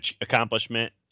accomplishment